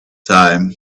time